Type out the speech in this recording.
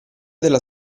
della